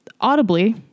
audibly